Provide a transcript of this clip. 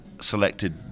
selected